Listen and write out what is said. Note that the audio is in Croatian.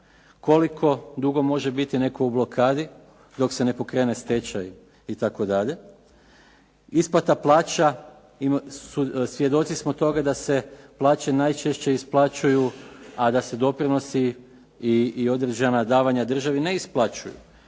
Koliko dugo može biti netko u blokadi dok se ne pokrene stečaj itd. Isplata plaća. Svjedoci smo toga da se plaće najčešće isplaćuju a da se doprinosi i određena davanja državi ne isplaćuju,